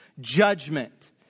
judgment